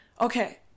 okay